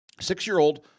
Six-year-old